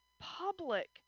public